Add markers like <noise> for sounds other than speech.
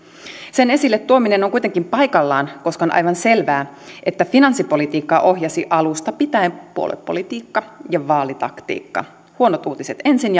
sen esille tuominen on kuitenkin paikallaan koska on aivan selvää että finanssipolitiikkaa ohjasi alusta pitäen puoluepolitiikka ja vaalitaktiikka huonot uutiset ensin <unintelligible>